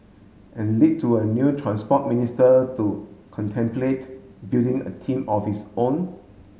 and lead to a new Transport Minister to contemplate building a team of his own